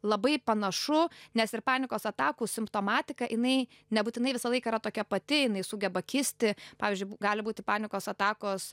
labai panašu nes ir panikos atakų simptomatika jinai nebūtinai visą laiką yra tokia pati jinai sugeba kisti pavyzdžiui bu gali būti panikos atakos